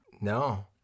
No